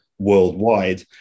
worldwide